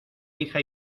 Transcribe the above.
hija